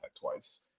twice